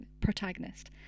protagonist